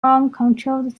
uncontrolled